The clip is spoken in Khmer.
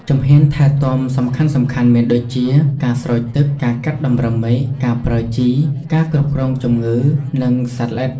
ជំហានថែទាំសំខាន់ៗមានដូចជា ការស្រោចទឹក ការកាត់តម្រឹមមែក ការប្រើជី ការគ្រប់គ្រងជំងឺ និងសត្វល្អិត។